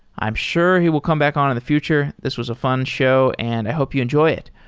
i'm sure he will come back on in the future. this was a fun show and i hope you enjoy it.